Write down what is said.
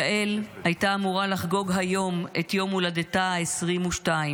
יעל הייתה אמורה לחגוג היום את יום הולדתה ה-22.